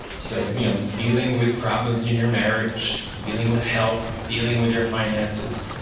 so you know dealing with problems in your marriage, dealing with health, dealing with your finances,